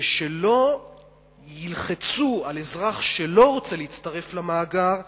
שלא ילחצו על אזרח שלא רוצה להצטרף למאגר באמצעות,